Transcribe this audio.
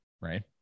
right